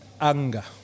anger